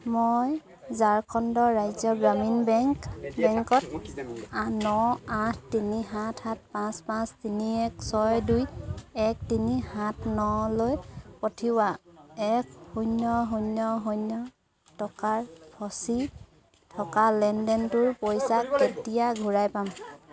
মই ঝাৰখণ্ড ৰাজ্য গ্রামীণ বেংক বেংকত ন আঠ তিনি সাত সাত পাঁচ পাঁচ তিনি এক ছয় দুই এক তিনি সাত নলৈ পঠিওৱা এক শূন্য শূন্য শূন্য টকাৰ ফচি থকা লেনদেনটোৰ পইচা কেতিয়া ঘূৰাই পাম